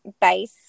base